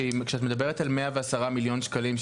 אני אומר שכשאת מדברת על 110 מיליון שקלים,